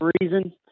reason